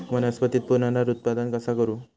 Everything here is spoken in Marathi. वनस्पतीत पुनरुत्पादन कसा होता?